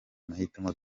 mahitamo